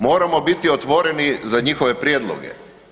Moramo biti otvoreni za njihove prijedloge.